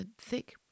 thick